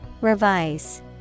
Revise